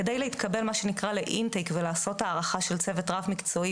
כדי להתקבל מה שנקרא ל'אין טייק' ולעשות הערכה של צוות רב מקצועי